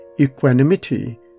equanimity